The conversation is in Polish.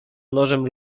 nożem